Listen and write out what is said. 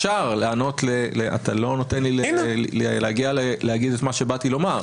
אבל אתה לא נותן לי להגיד את מה שבאתי לומר.